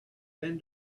been